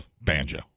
banjo